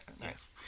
Nice